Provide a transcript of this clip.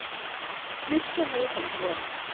mr. latham looked,